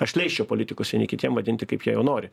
aš leisčiau politikus vieni kitiem vadinti kaip jie jau nori